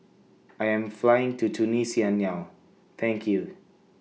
I Am Flying to Tunisia now thank YOU